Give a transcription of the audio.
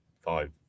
five